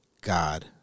God